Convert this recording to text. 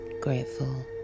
grateful